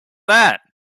that